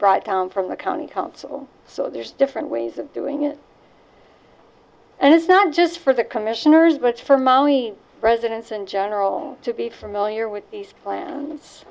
brought down from the county council so there's different ways of doing it and it's not just for the commissioners but for money residents in general to be familiar with these plans